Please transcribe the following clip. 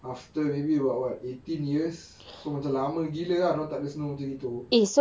after maybe about what eighteen years so macam lama gila ah lama tak boleh snow macam gitu